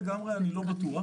לא בטוח.